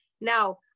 Now